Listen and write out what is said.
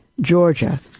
Georgia